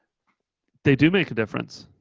they do make a difference.